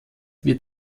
wird